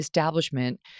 establishment